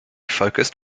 focused